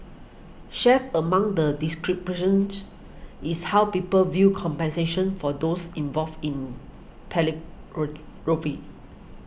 chief among the distributions is how people view compensation for those involved in